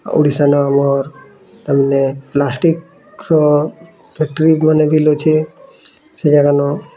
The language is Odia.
ଓଡ଼ିଶା ନ ଆମର୍ ତାର୍ ମାନେ ପ୍ଲାଷ୍ଟିକ୍ ର ଫ୍ୟାକ୍ଟ୍ରି ମାନେ ଅଛେ ସେରା ମାନ